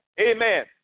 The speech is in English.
Amen